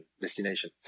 destination